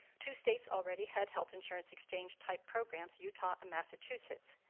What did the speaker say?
two states already had health insurance exchange-type programs, utah and massachusetts.